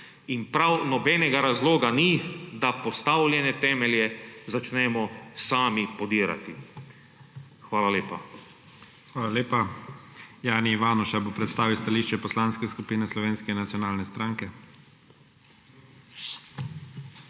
in prav nobenega razloga ni, da postavljene temelje začnemo sami podirati. Hvala lepa. **PREDSEDNIK IGOR ZORČIČ:** Hvala lepa. Jani Ivanuša bo predstavil stališče Poslanske skupine Slovenske nacionalne stranke.